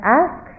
ask